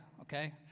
okay